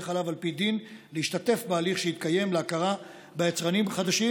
חלב על פי דין להשתתף בהליך שיתקיים להכרה ביצרנים חדשים.